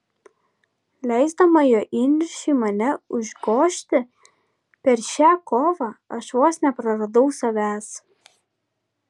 leisdama jo įniršiui mane užgožti per šią kovą aš vos nepraradau savęs